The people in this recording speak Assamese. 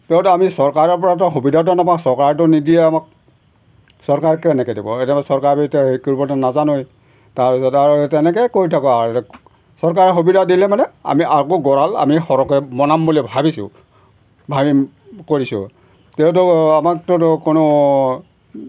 তেওতো আমি চৰকাৰৰ পৰাতো সুবিধাটো নাপাওঁ চৰকাৰেতো নিদিয়ে আমাক চৰকাৰে কেনেকৈ দিব এতিয়া চৰকাৰে এতিয়া হেৰি কৰিবতো নাজানোৱেই তাৰপিছত আৰু তেনেকৈয়ে কৰি থাকোঁ আৰু চৰকাৰে সুবিধা দিলে মানে আমি আকৌ গঁৰাল আমি সৰহকৈ বনাম বুলি ভাবিছোঁ ভাবিম কৰিছোঁ তেওতো আমাকটোতো কোনো